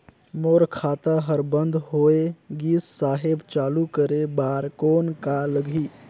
मोर खाता हर बंद होय गिस साहेब चालू करे बार कौन का लगही?